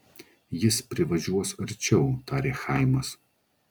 jis privažiuos arčiau tarė chaimas